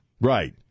Right